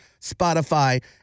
Spotify